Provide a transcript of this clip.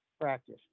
practice